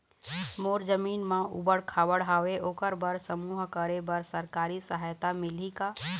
मोर जमीन म ऊबड़ खाबड़ हावे ओकर बर समूह करे बर सरकारी सहायता मिलही का?